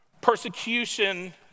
Persecution